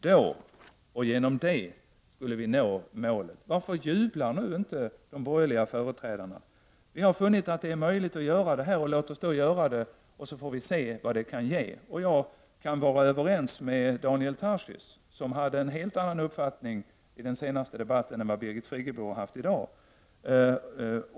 Därigenom skulle vi nå målet, sades det. Varför jublar inte de borgerliga företrädarna nu? Vi har funnit att det är möjligt att göra detta; låt oss då göra det, så att vi får se vilket resultat det kan ge. Jag kan vara överens med Daniel Tarschys som hade en helt annan uppfattning i den senaste debatten än vad Birgit Friggebo haft i dag.